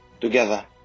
Together